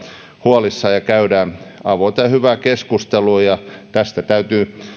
huolissaan ja käydään avointa ja hyvää keskustelua tästä täytyy